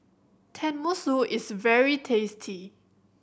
tenmusu is very tasty